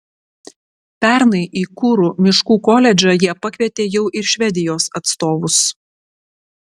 pernai į kuru miškų koledžą jie pakvietė jau ir švedijos atstovus